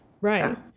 Right